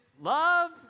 Love